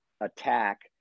attack